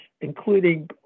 including